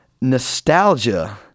nostalgia